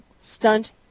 stunt